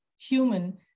human